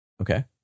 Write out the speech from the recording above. okay